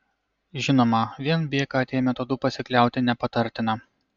žinoma vien bkt metodu pasikliauti nepatartina